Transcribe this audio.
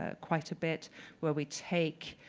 ah quite a bit where we take,